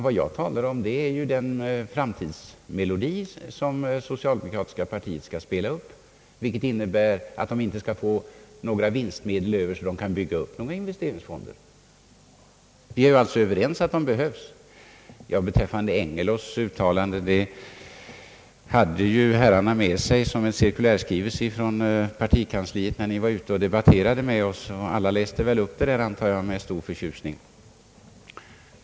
Vad jag talade om är den framtidsmelodi som socialdemokratiska partiet spelat upp, vilken innebär att företagen inte skall få några vinstmedel över för att bygga upp investeringsfonder. Vi är alltså överens om att de behövs. Herr Engellaus uttalande hade ju herrarna med sig som en cirkulärskrivelse från partikansliet när ni var ute och debatterade med oss — och jag antar att alla läste upp det med stor förtjusning.